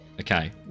Okay